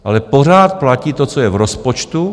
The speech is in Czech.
Ale pořád platí to, co je v rozpočtu.